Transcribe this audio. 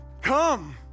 Come